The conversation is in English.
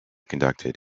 conducted